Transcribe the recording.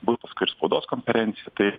bus paskui ir spaudos konferencija tai